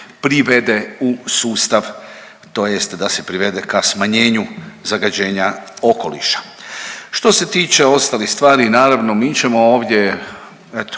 privede u sustav tj. da se privede ka smanjenju zagađenja okoliša. Što se tiče ostalih stvari naravno mi ćemo ovdje još